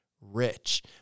rich